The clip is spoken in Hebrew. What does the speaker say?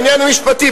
העניין המשפטי,